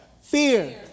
Fear